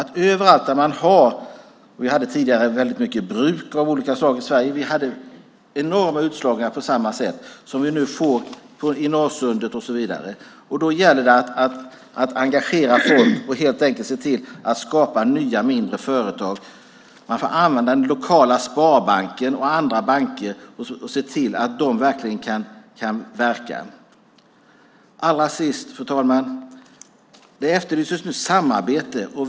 Tidigare hade vi många bruk av olika slag i Sverige. Vi hade enorma utslagningar på samma sätt som vi nu får i Norrsundet och så vidare. Då gäller det att engagera folk och helt enkelt se till att skapa nya mindre företag. Man får använda den lokala sparbanken och andra banker och se till att de kan verka. Fru talman! Det efterlyses samarbete.